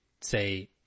say